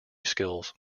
skills